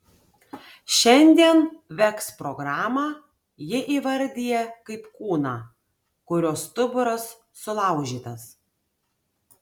šiandien veks programą ji įvardija kaip kūną kurio stuburas sulaužytas